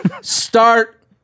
start